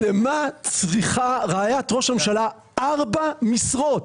למה צריכה רעיית ראש הממשלה ארבע משרות?